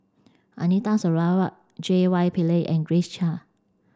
Anita Sarawak J Y Pillay and Grace Chia